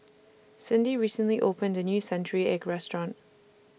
Cindy recently opened A New Century Egg Restaurant